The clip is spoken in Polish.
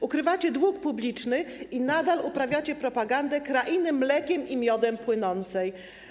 Ukrywacie dług publiczny i nadal uprawiacie propagandę krainy mlekiem i miodem płynącej.